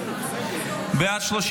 הצבעה.